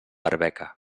arbeca